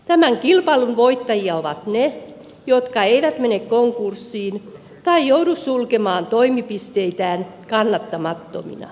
tämän kilpailun voittajia ovat ne jotka eivät mene konkurssiin tai joudu sulkemaan toimipisteitään kannattamattomina